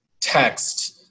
text